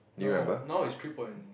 now ah now is three point